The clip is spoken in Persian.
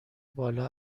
بالا